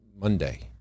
Monday